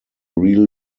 real